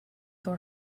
your